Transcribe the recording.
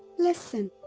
listen.